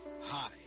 Hi